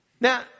Now